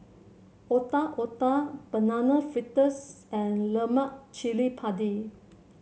Otak Otak Banana Fritters and Lemak Cili Padi